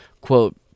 Quote